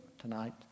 tonight